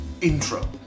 intro